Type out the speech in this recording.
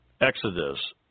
Exodus